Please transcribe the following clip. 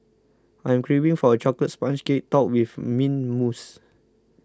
I am craving for a Chocolate Sponge Cake Topped with Mint Mousse